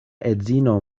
edzino